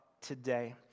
today